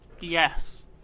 Yes